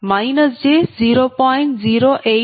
uIf23 j0